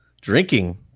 Drinking